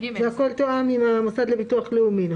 הכול תואם עם המוסד לביטוח לאומי?